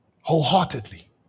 Wholeheartedly